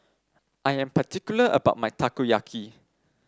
I am particular about my Takoyaki